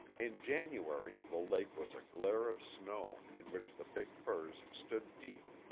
in january, the lake was a glare of snow, in which the big firs stood deep,